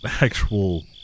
actual